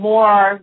More